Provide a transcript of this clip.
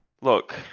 look